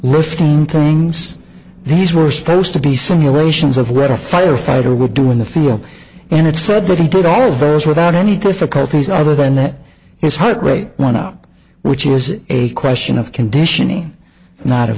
lifting things these were supposed to be simulations of what a fire fighter would do in the field and it said that he did all of those without any difficulties other than that his heart rate went up which is a question of conditioning not of